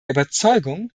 überzeugung